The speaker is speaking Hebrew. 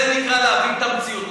זה נקרא להבין את המציאות.